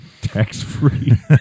Tax-free